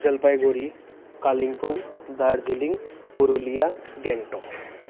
Jalpaiguri Kalimpong Darjeeling Purulia Gangtok